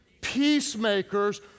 peacemakers